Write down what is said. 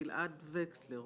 גלעד ידבר?